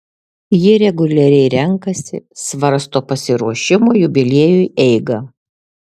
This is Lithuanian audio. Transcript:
ji reguliariai renkasi svarsto pasiruošimo jubiliejui eigą